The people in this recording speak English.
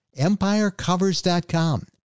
empirecovers.com